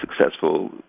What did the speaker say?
successful